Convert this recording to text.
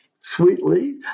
sweetly